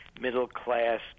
middle-class